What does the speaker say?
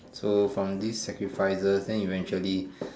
so from this sacrifices then eventually